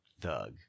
thug